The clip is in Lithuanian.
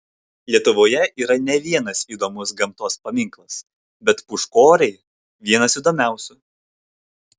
lietuvoje yra ne vienas įdomus gamtos paminklas bet pūčkoriai vienas įdomiausių